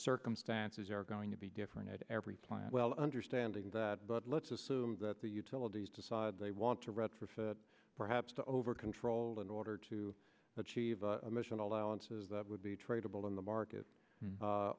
circumstances are going to be different at every plant well understanding that but let's assume that the utilities decide they want to retrofit perhaps to over control in order to achieve the mission allowances that would be tradeable in the market